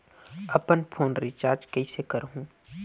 अपन phone recharge कइसे करहु?